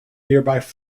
nearest